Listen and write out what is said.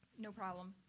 no problem.